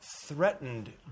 threatened